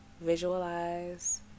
visualize